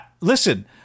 Listen